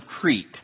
Crete